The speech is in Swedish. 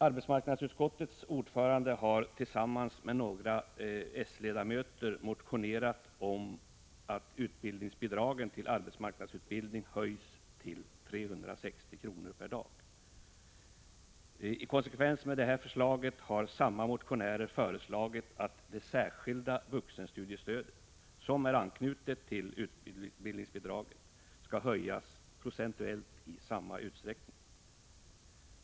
Arbetsmarknadsutskottets ordförande har tillsammans med några sledamöter motionerat om att utbildningsbidragen till arbetsmarknadsutbildning höjs till 360 kr. per dag. I konsekvens med detta förslag har samma motionärer föreslagit att det särskilda vuxenstudiestödet, som är knutet till utbildningsbidraget, skall höjas procentuellt i samma utsträckning.